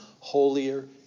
holier